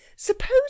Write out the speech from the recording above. Suppose